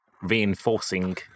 reinforcing